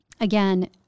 again